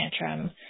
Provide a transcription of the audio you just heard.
tantrum